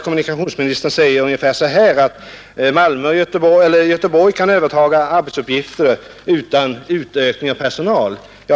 Kommunikationsministern säger ungefär så här: Göteborg och Malmö kan överta arbetsuppgifter från Borås respektive Växjö utan utökning av personal.